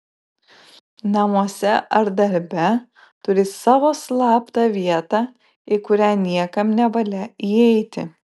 namuose ar darbe turi savo slaptą vietą į kurią niekam nevalia įeiti